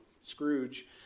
Scrooge